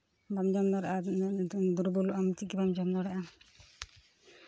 ᱵᱟᱢ ᱡᱚᱢ ᱫᱟᱲᱮᱭᱟᱜᱼᱟ ᱟᱨ ᱫᱤᱱᱟᱹᱢ ᱡᱩᱫᱤᱢ ᱫᱩᱨᱵᱚᱞᱚᱜᱼᱟ ᱪᱤᱫ ᱜᱮ ᱵᱟᱢ ᱡᱚᱢ ᱫᱟᱲᱮᱭᱟᱜᱼᱟ